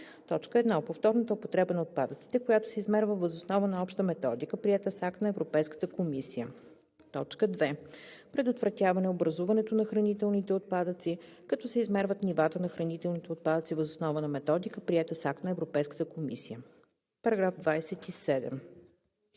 1. повторната употреба на отпадъците, която се измерва въз основа на обща методика, приета с акт на Европейската комисия; 2. предотвратяване образуването на хранителните отпадъци, като се измерват нивата на хранителните отпадъци въз основа на методика, приета с акт на Европейската комисия.“